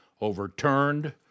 overturned